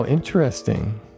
Interesting